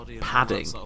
padding